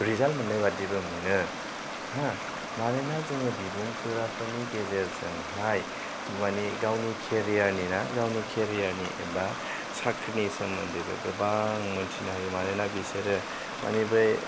result मोननाय बायदिबो मोनो हो मानोना जोङो बिबुंफोराफोरनि गेजेरजोंहाय माने गावनि केरियारनि ना गावनि केरियारनि एबा साख्रिनि सोमोन्दैबो गोबां मिन्थिनो हायो मानोना बिसोरो माने बै